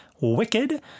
Wicked